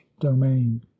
domain